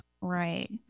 Right